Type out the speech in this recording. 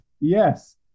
yes